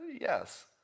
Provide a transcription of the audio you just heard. Yes